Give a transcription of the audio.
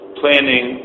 planning